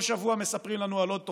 כל שבוע מספרים לנו על עוד תוכנית,